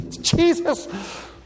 Jesus